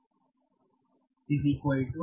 ವಿದ್ಯಾರ್ಥಿ is equal to